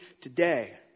today